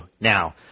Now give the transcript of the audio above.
now